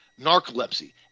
narcolepsy